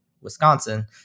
Wisconsin